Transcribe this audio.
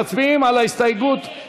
מצביעים על ההסתייגות.